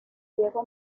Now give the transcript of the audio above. diego